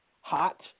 hot